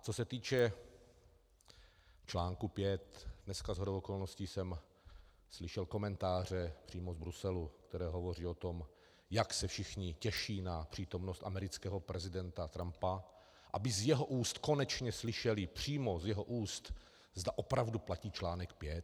Co se týče článku 5, dneska jsem shodou okolností slyšel komentáře přímo z Bruselu, které hovoří o tom, jak se všichni těší na přítomnost amerického prezidenta Trumpa, aby z jeho úst konečně slyšeli, přímo z jeho úst, zda opravdu platí článek 5.